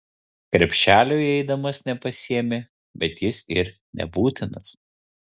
krepšelio įeidamas nepasiėmė bet jis ir nebūtinas